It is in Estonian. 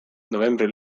novembri